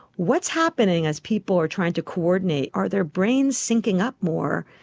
what's happening as people are trying to coordinate, are their brains syncing up more,